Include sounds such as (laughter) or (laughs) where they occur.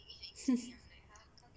(laughs)